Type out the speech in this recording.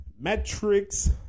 metrics